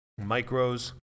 Micros